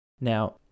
Now